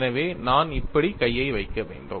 எனவே நான் இப்படி கையை வைக்க வேண்டும்